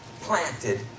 planted